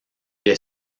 est